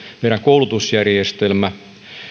meidän koulutusjärjestelmässä